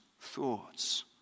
thoughts